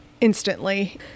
instantly